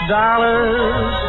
dollars